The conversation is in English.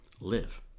live